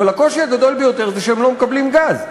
אבל הקושי הגדול ביותר הוא שהם לא מקבלים גז.